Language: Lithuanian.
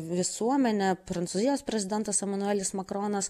visuomenę prancūzijos prezidentas emanuelis makronas